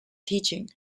teaching